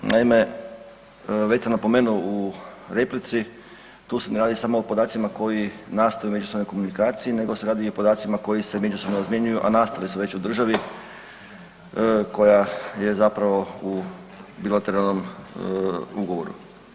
Naime, već sam napomenuo u replici tu se ne radi samo o podacima koji nastaju u međusobnoj komunikaciji nego se radi i o podacima koji se međusobno razmjenjuju, a nastali su već u državi koja je zapravo u bilateralnom ugovoru.